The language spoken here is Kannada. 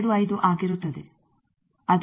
25 ಎಂದು ನಾವು ನೋಡಬಹುದು